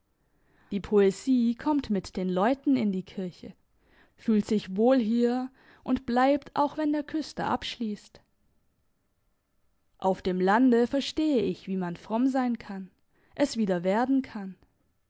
die poesie kommt mit den leuten in die kirche fühlt sich wohl hier und bleibt auch wenn der küster abschliesst auf dem lande verstehe ich wie man fromm sein kann es wieder werden kann